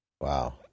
Wow